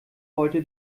wollte